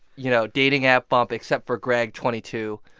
you know, dating app bump except for greg twenty two.